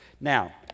Now